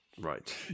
right